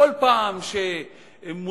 כל פעם שמוזכרת,